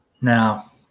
Now